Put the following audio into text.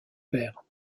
père